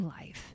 life